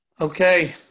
Okay